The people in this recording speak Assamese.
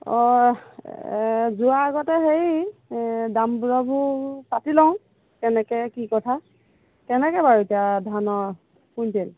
অঁহ্ যোৱাৰ আগতে হেৰি দাম দৰবোৰ পাতি লওঁ কেনেকৈ কি কথা কেনেকৈ বাৰু এতিয়া ধানৰ কুইণ্টেল